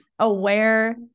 aware